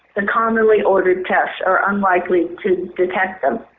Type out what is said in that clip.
the commonly ordered tests are unlikely to detect them.